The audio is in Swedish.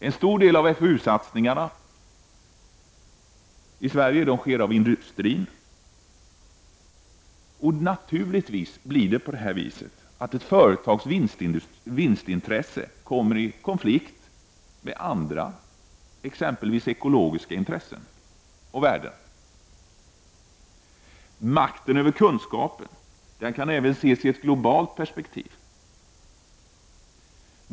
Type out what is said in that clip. En stor del av satsningarna på FOU i Sverige sker av industrin. Naturligtvis kan ett företags vinstintresse komma i konflikt med andra — exempelvis ekologiska — värden. Makten över kunskapen kan även ses i ett globalt perspektiv.